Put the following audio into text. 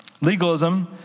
Legalism